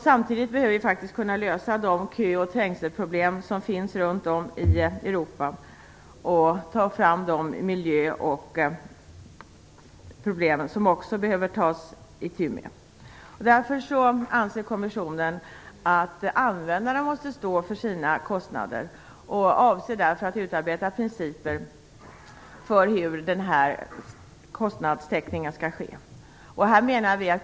Samtidigt behöver vi möjlighet att lösa de kö och trängselproblem som finns runt om i Europa och lyfta fram de miljöproblem som också behöver tas itu med. Därför anser kommissionen att användarna måste stå för sina kostnader och avser därför att utarbeta principer för hur kostnadstäckningen skall ske.